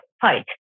fight